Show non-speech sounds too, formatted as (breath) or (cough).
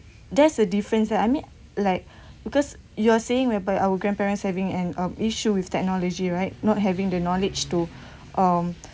there's a difference like I mean like (breath) because you're saying whereby our grandparents having an uh issue with technology right not having the knowledge to (breath) um